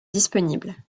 disponible